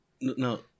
No